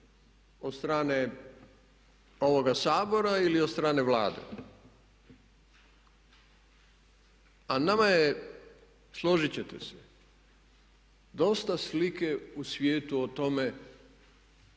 od strane ovoga Sabora ili od strane Vlade. A nama je, složiti ćete se, dosta slike u svijetu o tome